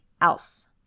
else